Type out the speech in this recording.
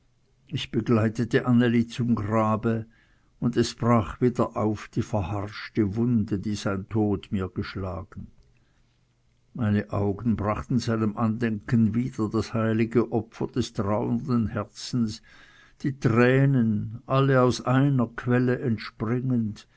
ich begleitete anneli zum grabe und es brach wieder auf die verharschte wunde die sein tod mir geschlagen meine augen brachten seinem andenken wieder das heilige opfer des trauernden herzens die tränen alle aus einer quelle entspringend